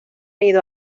ido